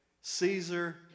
Caesar